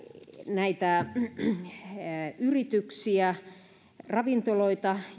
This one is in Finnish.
näitä yrityksiä ravintoloita